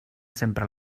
sempre